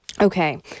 Okay